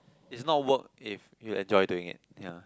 is not work if you enjoy doing it ya